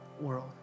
world